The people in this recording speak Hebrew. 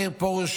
מאיר פרוש,